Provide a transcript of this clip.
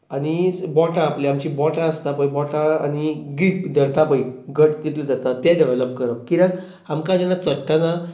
आनी बोटां आपली आमची बोटां आसता पय बोटां आनी ग्रीप धरता पय घट्ट कितले दवरतात तें डॅवलप करप कित्याक आमकां जेन्ना चडटना